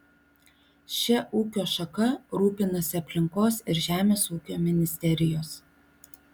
šia ūkio šaka rūpinasi aplinkos ir žemės ūkio ministerijos